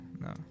no